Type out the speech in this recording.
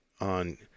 on